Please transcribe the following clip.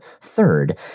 third